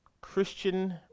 Christian